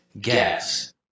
gas